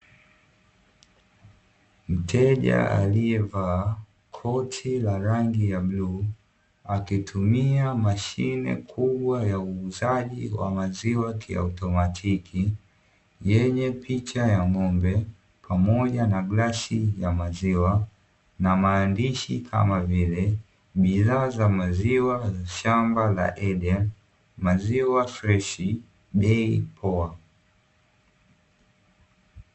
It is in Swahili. Mteja aliyevaa koti la rangi ya bluu akitumia mashine kubwa ya uuzaji wa maziwa kiautomatiki, yenye picha ya ng'ombe pamoja na glasi ya maziwa na maandishi kama vile: bidhaa za maziwa, shamba la Eden, maziwa freshi, bei poa.